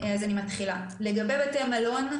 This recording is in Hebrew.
אז אני מתחילה: לגבי בתי מלון,